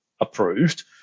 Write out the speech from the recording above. approved